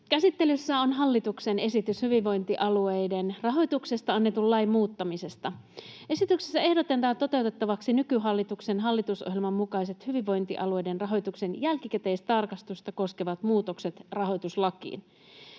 Käsittelyssä on hallituksen esitys hyvinvointialueiden rahoituksesta annetun lain muuttamisesta. Esityksessä ehdotetaan toteutettavaksi nykyhallituksen hallitusohjelman mukaiset hyvinvointialueiden rahoituksen jälkikäteistarkastusta koskevat muutokset rahoituslakiin.